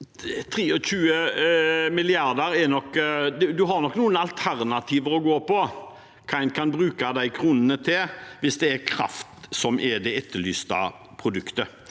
23 mrd. kr har en nok noen alternativer med tanke på hva en kan bruke de kronene til, hvis det er kraft som er det etterlyste produktet.